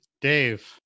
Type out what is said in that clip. Dave